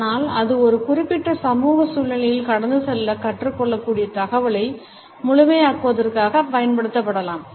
ஆனால் அது ஒரு குறிப்பிட்ட சமூக சூழ்நிலையில் கடந்து செல்ல கற்றுக் கொள்ளக்கூடிய தகவலை முழுமையாக்குவதற்காக பயன்படுத்தப்படலாம்